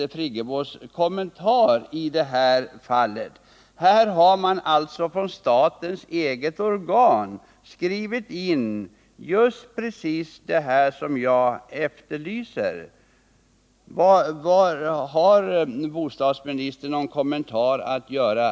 Där förklarar jag att jag inte tror att effekterna av ett luktservitut skulle bli de som Anton Fågelsbo vill uppnå, nämligen ökad bebyggelse på landsbygden. För detta syfte är den bestämmelse som trädde i kraft den 1 juli förra året enklare, och vi har ännu inte sett effekten av den. Jag vill också tillägga att man genom luktservitut inte blir av med de eventuella konflikter som kan uppstå på grund av att man stör varandra.